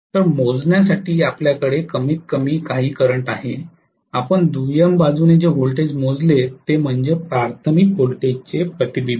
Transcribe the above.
तर मोजण्यासाठी आपल्याकडे कमीतकमी काही करंट आहे आणि आपण दुय्यम बाजूने जे व्होल्टेज मोजले ते म्हणजे प्राथमिक व्होल्टेजचे प्रतिबिंब